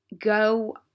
go